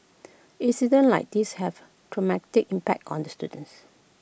incidents like these have A traumatic impact on the students